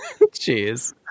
Jeez